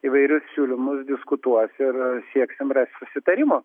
įvairius siūlymus diskutuos ir sieksim susitarimo